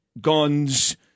guns